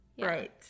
right